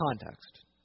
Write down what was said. context